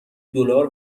دلار